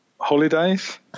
Holidays